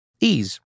Ease